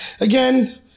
again